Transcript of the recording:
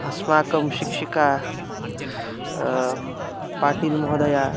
अस्माकं शिक्षिका पाटिलमहोदया